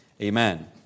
amen